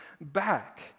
back